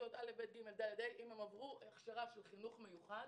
אם הן עברו הכשרה של חינוך מיוחד,